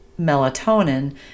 melatonin